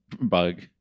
bug